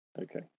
Okay